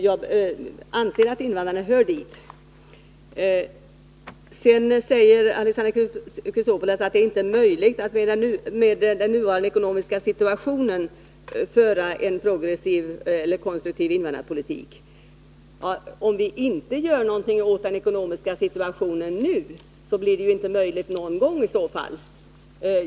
Jag anser att invandrarna hör till den gruppen. Alexander Chrisopoulos säger att det inte är möjligt att i den nuvarande ekonomiska situationen föra en konstruktiv invandrarpolitik. Men om vi inte gör något åt den ekonomiska situationen nu, blir det i så fall inte möjligt någon gång.